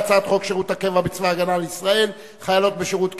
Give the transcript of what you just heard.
הצעת חוק שירות הקבע בצבא-הגנה לישראל (חיילות בשירות קבע),